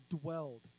dwelled